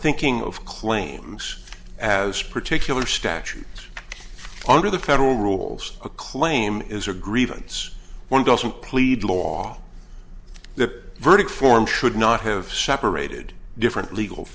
thinking of claims as particular statute under the federal rules a claim is a grievance one doesn't plead law the verdict form should not have separated different legal